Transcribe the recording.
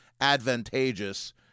advantageous